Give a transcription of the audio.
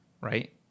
right